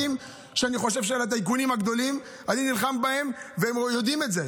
כדי שהעובדים האלה יוכלו להמשיך לעבוד אצלם,